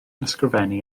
ysgrifennu